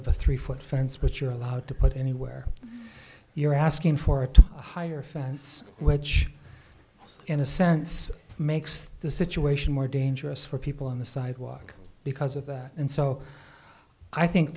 of a three foot fence which you're allowed to put anywhere you're asking for it to a higher fence which in a sense makes the situation more dangerous for people on the sidewalk because of that and so i think